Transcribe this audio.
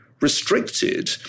restricted